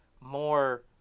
more